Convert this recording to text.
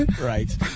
Right